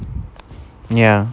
ya